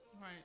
Right